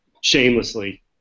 shamelessly